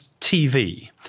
TV